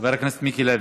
חבר הכנסת מיקי לוי,